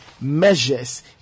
measures